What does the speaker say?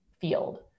field